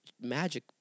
magic